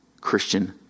Christian